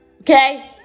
okay